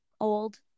old